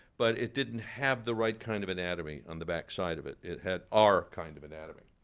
but it didn't have the right kind of anatomy on the backside of it. it had our kind of anatomy.